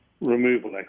removal